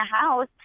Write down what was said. house